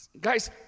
Guys